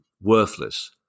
worthless